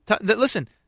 Listen